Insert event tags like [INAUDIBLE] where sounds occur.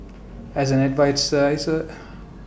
as an [UNINTELLIGIBLE]